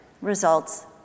results